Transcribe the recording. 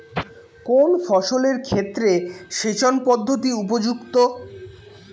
কোন ফসলের ক্ষেত্রে সেচন পদ্ধতি উপযুক্ত?